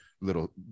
little